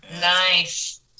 Nice